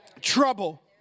trouble